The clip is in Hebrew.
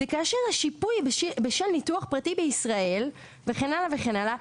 זה כאשר השיפוי בשל ניתוח פרטי בישראל וכן הלאה וכן הלאה,